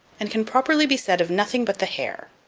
and can properly be said of nothing but the hair.